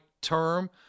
term